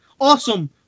Awesome